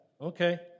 okay